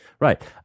Right